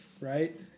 Right